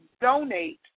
donate